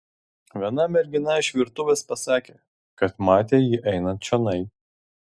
viena mergina iš virtuvės pasakė kad matė jį einant čionai